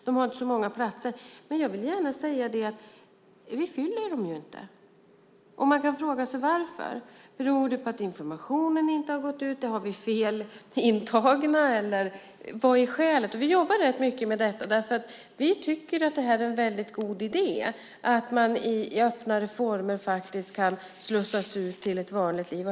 De har inte så många platser, men jag vill gärna framhålla att vi ju inte fyller dem. Man kan fråga sig varför. Beror det på att informationen inte har gått ut, har vi fel intagna eller vad är skälet? Vi jobbar rätt mycket med detta, därför att vi tycker att det är en väldigt god idé att man i öppnare former kan slussas ut till ett vanligt liv.